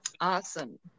Awesome